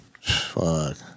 Fuck